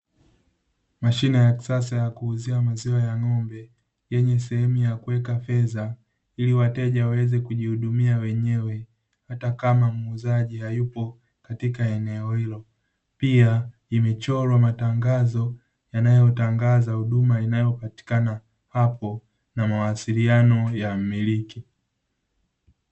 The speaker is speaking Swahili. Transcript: Mashine ya kisasa ya kuuzia maziwa ya ng'ombe, yenye sehemu ya kuweka fedha ili wateja waweze kujihudumia wenyewe, hata kama muuzaji hayupo katika eneo hilo, pia imechorwa matangazao yanayotangaza huduma inayopatikana hapo, na mawasiliano ya mmiliki.